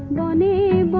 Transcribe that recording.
da